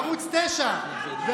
ערוץ 9. מה כואב לך?